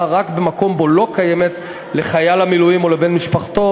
רק במקום שבו לא קיימת לחייל המילואים או לבן משפחתו